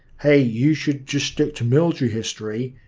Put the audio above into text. hey, you should just stick to military history.